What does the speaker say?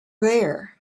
there